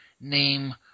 name